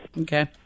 Okay